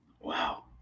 Wow